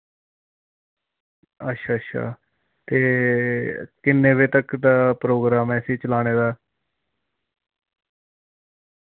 अच्छ अच्छा ते किन्ने बजे तक दा प्रोग्राम ऐ इस्सी चलाने दा